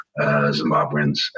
Zimbabweans